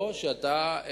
או שאתה,